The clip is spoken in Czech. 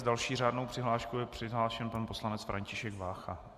S další řádnou přihláškou je přihlášen pan poslanec František Vácha.